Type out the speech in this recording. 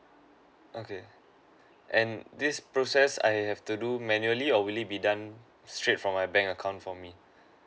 okay and this process I have to do manually or will it be done straight from my bank account for me